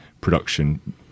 production